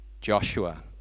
Joshua